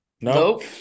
Nope